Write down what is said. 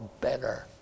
better